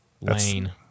Lane